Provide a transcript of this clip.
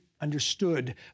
understood